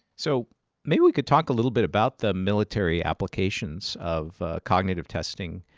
so maybe we could talk a little bit about the military applications of cognitive testing.